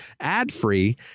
ad-free